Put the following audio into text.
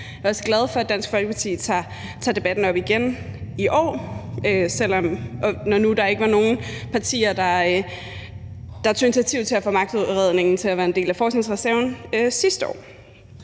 jeg faktisk glad for, at Dansk Folkeparti tager debatten op igen i år, når nu der ikke var nogen partier, der tog initiativ til at få magtudredningen til at være en del af forskningsreserven sidste år.